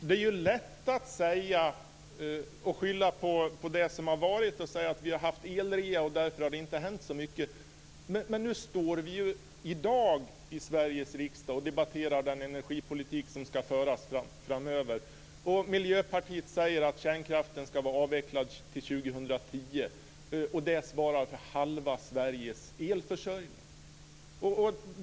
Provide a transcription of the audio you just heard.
Fru talman! Det är lätt att skylla på det som har varit och säga att vi har haft elrea och därför har det inte hänt så mycket. Men nu står vi i dag i Sveriges riksdag och debatterar den energipolitik som ska föras framöver. Miljöpartiet säger att kärnkraften ska vara avvecklad till 2010. Den svarar för Sveriges halva elförsörjning.